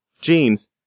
jeans